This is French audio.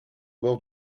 bord